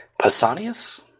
Pausanias